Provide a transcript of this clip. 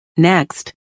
Next